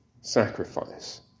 sacrifice